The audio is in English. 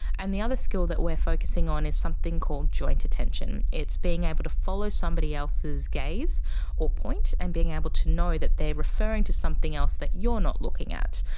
and the other skill that we are focusing on is something called joint attention. it's being able to follow somebody else's gaze or point and being able to know that they are referring to something else that you're not looking at.